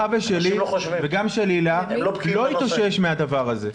ושלי לא יתאושש מהדבר הזה.